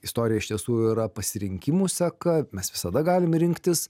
istorija iš tiesų yra pasirinkimų seka mes visada galim rinktis